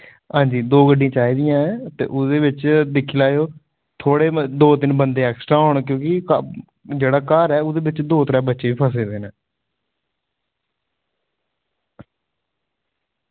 आं दो गड्डियां चाही दियां न ते ओह्दे बिच दिक्खी लैयो थोह्ड़े दौ तीन बंदे एक्स्ट्रां होन की के जेह्ड़ा घर ऐ ओह्दे च दौ त्रै बच्चे बी फसे दे न